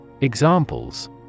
Examples